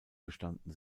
bestanden